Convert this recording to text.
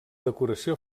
decoració